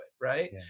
right